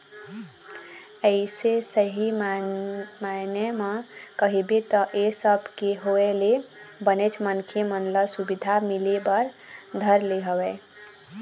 अइसे सही मायने म कहिबे त ऐ सब के होय ले बनेच मनखे मन ल सुबिधा मिले बर धर ले हवय